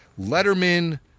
Letterman